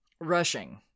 Rushing